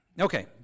Okay